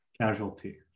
casualty